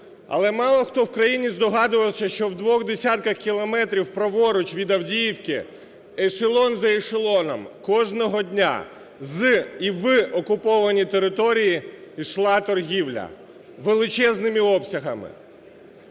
але мало хто в країні здогадувався, що у двох десятках кілометрів праворуч від Авдіївки ешелон за ешелоном кожного дня з і в окуповані території йшла торгівля величезними обсягами.